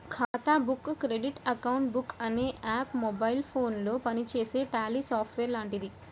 ఖాతా book credit account book అనే app mobile ఫోనులో పనిచేసే ట్యాలీ సాఫ్ట్ వేర్ లాంటిది